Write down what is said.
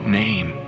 name